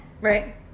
right